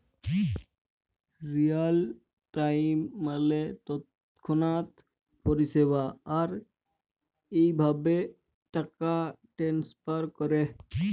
Real time মালে তৎক্ষণাৎ পরিষেবা, আর ইভাবে টাকা টেনেসফার ক্যরে